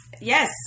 Yes